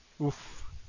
Oof